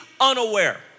unaware